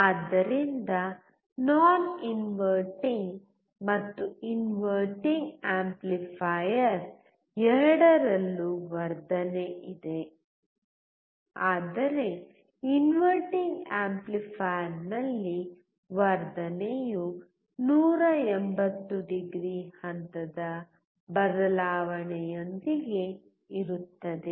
ಆದ್ದರಿಂದ non inverting ಮತ್ತು inverting amplifier ಎರಡರಲ್ಲೂ ವರ್ಧನೆ ಇದೆ ಆದರೆ ಇನ್ವರ್ಟಿಂಗ್ ಆಂಪ್ಲಿಫೈಯರ್ನಲ್ಲಿ ವರ್ಧನೆಯು 180o ಹಂತದ ಬದಲಾವಣೆಯೊಂದಿಗೆ ಇರುತ್ತದೆ